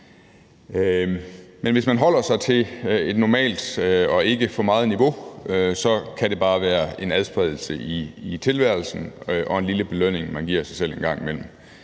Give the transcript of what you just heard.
men hvis man holder sig til et normalt niveau, hvor der ikke er tale om for meget, så kan det bare være en adspredelse i tilværelsen og en lille belønning, man giver sig selv en gang imellem.